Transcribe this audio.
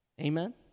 Amen